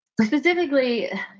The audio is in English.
specifically